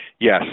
Yes